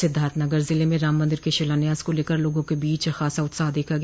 सिद्वार्थनगर जिले में राम मन्दिर के शिलान्यास को लेकर लोगों के बीच खासा उत्साह देखा गया